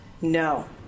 No